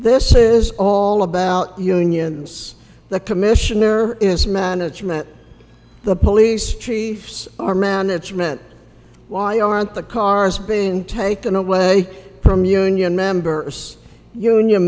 this is all about unions the commissionaire is management the police chiefs are management why aren't the cars being taken away from union members union